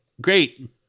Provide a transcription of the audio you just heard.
great